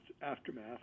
aftermath